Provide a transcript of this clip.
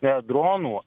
e dronų